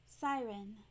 siren